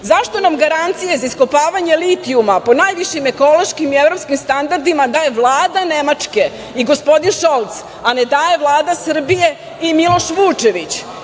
zašto nam garancije za iskopavanje litijuma po najvišim ekološkim i evropskim standardima daje Vlada Nemačke i gospodin Šolc, a ne daje Vlada Srbije i Miloš Vučević?